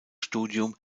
studium